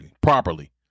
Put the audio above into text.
properly